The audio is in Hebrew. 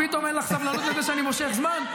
פתאום אין לך סבלנות לזה שאני מושך זמן?